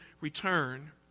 return